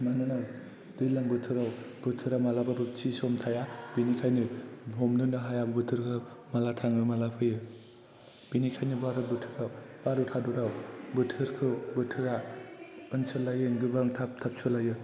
मानोना दैज्लां बोथोराव बोथोरा माब्लाबाबो थि सम थाया बेनिखायनो हमनोनो हाया बोथोरा माला थाङो माला फैयो बेनिखायनो भारत हादराव बोथोरा ओनसोल लायै गोबां थाब थाब सोलायो